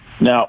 Now